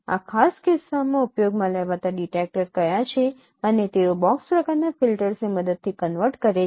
આ ખાસ કિસ્સામાં ઉપયોગમાં લેવાતા ડિટેક્ટર કયા છે અને તેઓ બોક્સ પ્રકારનાં ફિલ્ટર્સની મદદથી કન્વર્ટ કરે છે